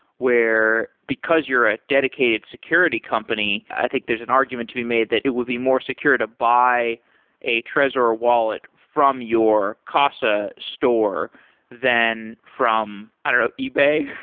where because you're a dedicated security company, i think there's an argument to be made that it would be more secure to buy a trezor ah wallet from your casa store than from i don't know, ebay.